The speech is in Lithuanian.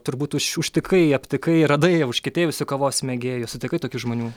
turbūt už užtikai aptikai radai užkietėjusių kavos mėgėjų sutikai tokių žmonių